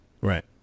Right